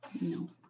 No